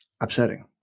upsetting